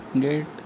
get